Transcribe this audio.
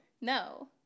No